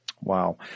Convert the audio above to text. Wow